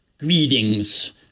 Greetings